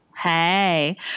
Hey